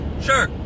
Sure